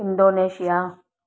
Indonesia